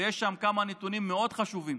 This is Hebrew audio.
ויש שם כמה נתונים מאוד חשובים